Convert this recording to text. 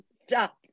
stop